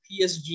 PSG